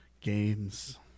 games